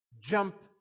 Jump